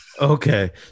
okay